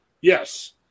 Yes